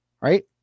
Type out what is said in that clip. Right